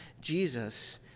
Jesus